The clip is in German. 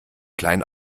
klein